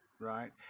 Right